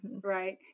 right